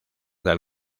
del